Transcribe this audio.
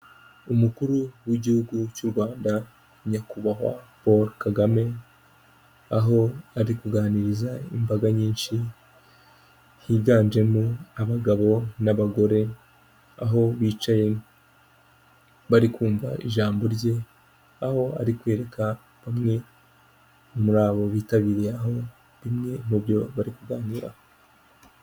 Umukuru w'igihugu cy'u Rwanda Nyakubahwa Paul Kagame, aho ari kuganiriza imbaga nyinshi higanjemo abagabo n'abagore, aho bicaye bari kumva ijambo rye aho ari kwereka bamwe muri abo bitabiriye aho bimwe mu byo bari kuganiraho.